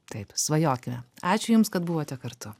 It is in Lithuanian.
taip svajokime ačiū jums kad buvote kartu